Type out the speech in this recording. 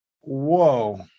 Whoa